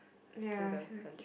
ya I feel like it